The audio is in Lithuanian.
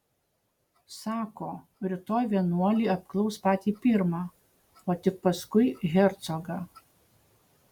sako rytoj vienuolį apklaus patį pirmą o tik paskui hercogą